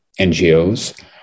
NGOs